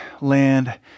land